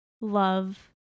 love